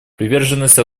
приверженность